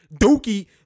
Dookie